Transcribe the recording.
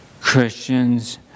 Christians